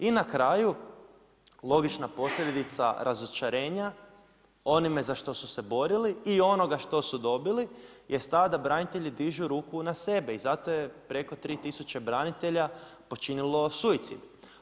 I na kraju, logična posljedica razočarenja, onime za što su se borili i onoga što su dobili jest ta da branitelji dižu ruku na sebe i zato je preko 3 tisuće branitelja počinilo suicid.